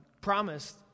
promised